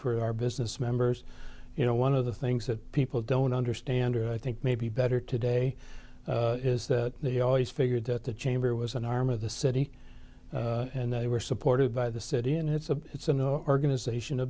for our business members you know one of the things that people don't understand or i think maybe better today is that they always figured that the chamber was an arm of the city and they were supported by the city and it's a it's an organization a